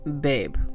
babe